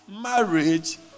marriage